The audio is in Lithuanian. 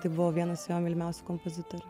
tai buvo vienas jo mylimiausių kompozitorių